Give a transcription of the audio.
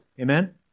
amen